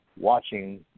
watching